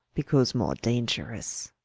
because more dangerous